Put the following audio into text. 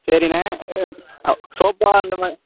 சரிண்ண சோஃபா அந்தமாதிரி